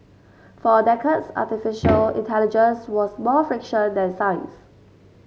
for decades artificial intelligence was more fiction than science